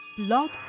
Love